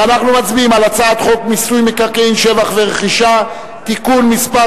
אנחנו מצביעים על הצעת חוק מיסוי מקרקעין (שבח ורכישה) (תיקון מס'